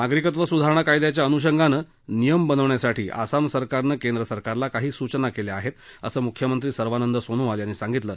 नागरिकत्व सुधारणा कायद्याच्या अनुषंगानं नियम बनवण्यासाठीआसाम सरकारनं केंद्र सरकारला काही सुचना केल्या आहेत असं मुख्यमंत्री सर्वानंद सोनोवाल यांनी सांगितलं